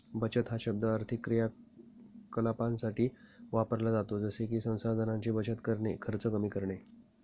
बचत हा शब्द आर्थिक क्रियाकलापांसाठी वापरला जातो जसे की संसाधनांची बचत करणे, खर्च कमी करणे